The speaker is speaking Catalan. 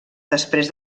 després